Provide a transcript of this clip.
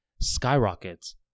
skyrockets